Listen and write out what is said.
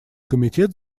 комитет